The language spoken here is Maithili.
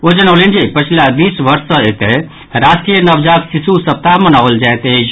ओ जनौलनि जे पछिला बीस वर्ष सँ एतय राष्ट्रीय नवजात शिशु सप्ताह मनाओल जायत अछि